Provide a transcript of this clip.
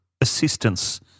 assistance